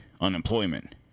unemployment